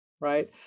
Right